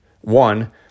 one